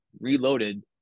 reloaded